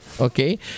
okay